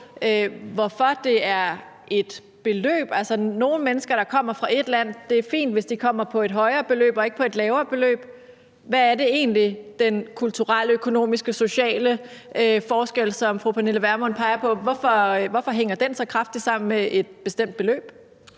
hvorfor det er et bestemt beløb? Altså, for nogle mennesker, der kommer fra ét land, er det fint, hvis de kommer på et højere beløb og ikke på et lavere beløb. Hvorfor hænger den kulturelle, økonomiske, sociale forskel, som fru Pernille Vermund peger på, så kraftigt sammen med et bestemt beløb?